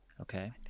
Okay